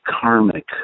karmic